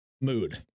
mood